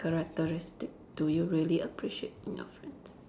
characteristic do you really appreciate in your friends